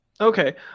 Okay